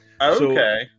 Okay